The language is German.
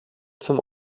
zum